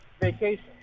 vacation